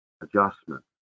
adjustment